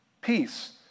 Peace